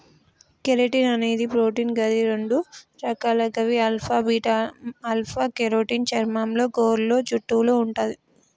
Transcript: keratin అనేది protein గది రెండు రకాలు గవి ఆల్ఫా, బీటాలు ఆల్ఫ కెరోటిన్ చర్మంలో, గోర్లు, జుట్టులో వుంటది